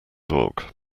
dog